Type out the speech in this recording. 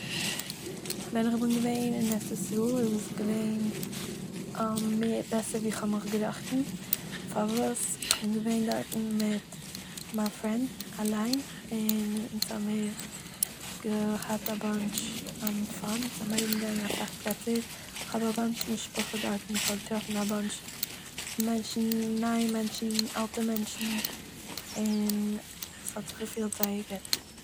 ווען איך בין געווען אין ארץ ישראל איז עס געווען מער בעסער ווי איך האב מיך געראכטן, פארוואס? איך בין געווען דארטן מיט מיין פרענד אליין, און אונז האבן מיר געהאט א באנטש אוו פאן, און זענען ארומגעגאנגען אסאך פלעצער, איך האב א באנטש משפחה דארטן, איך האב געטראפן א באנטש מענטשן, נייע מענטשן און אלטע מענטשן און, ס'האט זיך געפילט זייער גוט